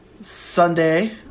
Sunday